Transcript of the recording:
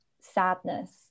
sadness